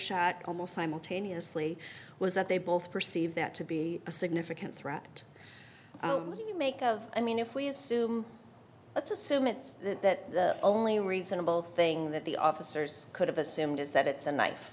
shot almost simultaneously was that they both perceive that to be a significant threat you make of i mean if we assume let's assume that the only reasonable thing that the officers could have assumed is that it's a kni